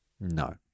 No